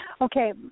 Okay